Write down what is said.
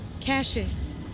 Cassius